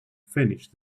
finished